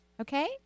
Okay